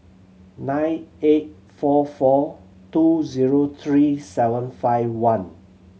nine eight four four two zero three seven five one